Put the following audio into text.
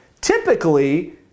typically